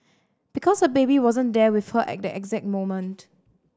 because her baby wasn't there with her at that exact moment